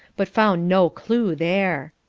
but found no clue there.